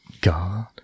God